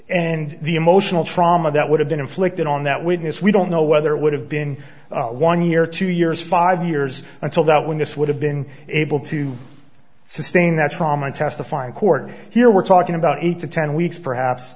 and the emotional trauma that would have been inflicted on that witness we don't know whether it would have been one year two years five years until that when this would have been able to sustain that trauma and testify in court here we're talking about eight to ten weeks perhaps